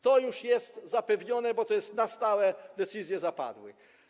To już jest zapewnione, bo to jest na stałe - decyzje zapadły.